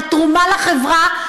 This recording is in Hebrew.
לתרומה לחברה,